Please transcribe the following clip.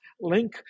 link